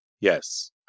Yes